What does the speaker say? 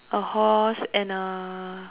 a horse and a